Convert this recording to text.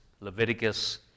Leviticus